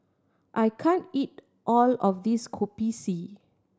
I can't eat all of this Kopi C